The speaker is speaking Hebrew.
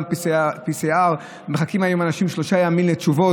PCR. אנשים מחכים היום שלושה ימים לתשובות,